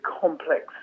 complex